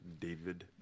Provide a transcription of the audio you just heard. David